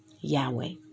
Yahweh